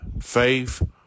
faith